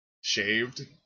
shaved